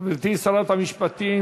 גברתי שרת המשפטים